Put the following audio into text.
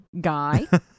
guy